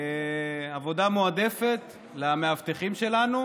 עבודה מועדפת למאבטחים שלנו.